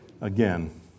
Again